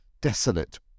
desolate